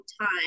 time